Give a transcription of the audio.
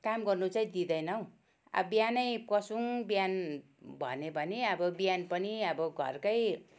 काम गर्नु चाहिँ दिँदैन हौ अब बिहानै पसौँ बिहान भन्यो भने अब बिहान पनि अब घरकै